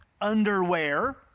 underwear